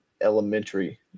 elementary